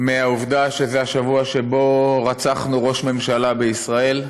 מהעובדה שזה השבוע שבו רצחנו ראש ממשלה בישראל,